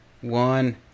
one